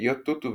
חצאיות טוטו,